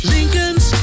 Lincolns